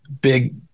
big